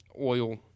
oil